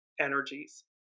energies